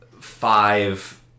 five